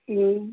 હમ